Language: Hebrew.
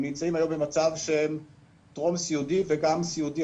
הם נמצאים היום במצב של טרום סיעודי וגם סיעודי.